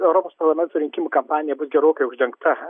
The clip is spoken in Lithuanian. europos parlamento rinkimų kampanija bus gerokai uždengta